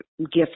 gift